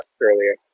earlier